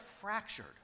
fractured